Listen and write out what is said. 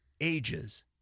ages